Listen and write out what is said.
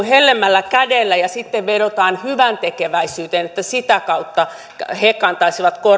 hellemmällä kädellä ja sitten vedotaan hyväntekeväisyyteen että sitä kautta he kantaisivat